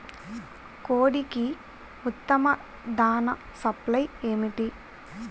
కోడికి ఉత్తమ దాణ సప్లై ఏమిటి?